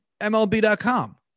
MLB.com